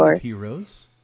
Heroes